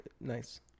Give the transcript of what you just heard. nice